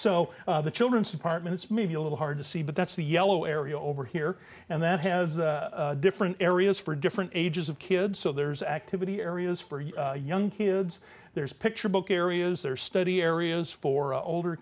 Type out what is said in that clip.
so the children's departments may be a little hard to see but that's the yellow area over here and that has different areas for different ages of kids so there's activity areas for young kids there's picture book areas there are study areas for older